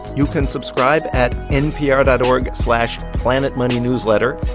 you can subscribe at npr dot org slash planetmoneynewsletter.